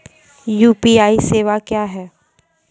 UPI सेवा क्या हैं?